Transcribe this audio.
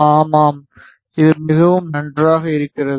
ஆமாம் இது மிகவும் நன்றாக இருக்கிறது